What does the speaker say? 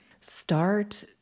Start